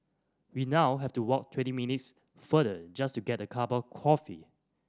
we now have to walk twenty minutes farther just to get a cup of coffee